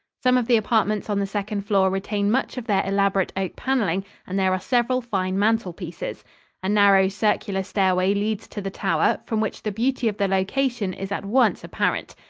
some of the apartments on the second floor retain much of their elaborate oak paneling and there are several fine mantel-pieces. a narrow, circular stairway leads to the tower, from which the beauty of the location is at once apparent.